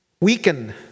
weaken